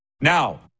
Now